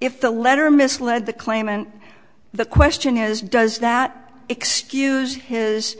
if the letter misled the claimant the question is does that excuse his